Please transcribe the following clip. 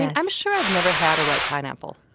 and i'm sure i've never had a ripe pineapple